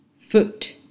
foot